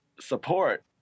support